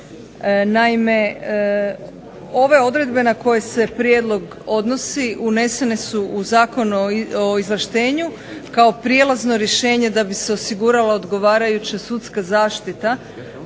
Naime, ove odredbe na koje se prijedlog odnosi unesene su u Zakon o izvlaštenju kao prijelazno rješenje da bi se osigurala odgovarajuća sudska zaštita